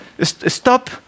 stop